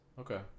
Okay